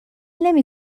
نمی